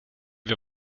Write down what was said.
wir